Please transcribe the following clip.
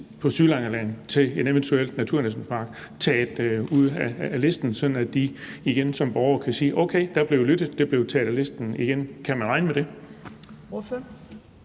på Sydlangeland, bliver taget af listen, sådan at borgerne kan sige: Okay, der blev lyttet, det blev taget af listen igen? Kan man regne med det?